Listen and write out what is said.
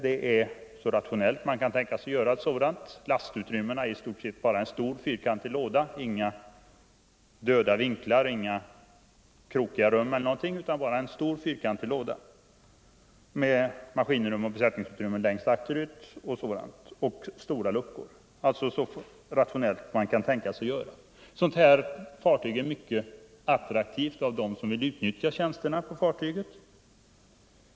Det är så rationellt som man över huvud taget kan tänka sig ett sådant: lastutrymmena är i stort sett bara en fyrkantig låda, inga döda vinklar, inga krokiga rum e. d., maskinrum och besättningsutrymmen längst akterut och stora luckor. Ett sådant fartyg är mycket attraktivt för dem som vill utnyttja fartygets tjänster.